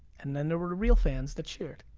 and then there were real fans that cheered.